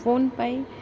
phone ପାଇଁ